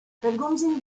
pellgomzit